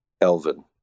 Elvin